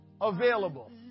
available